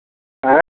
आँय